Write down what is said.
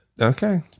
okay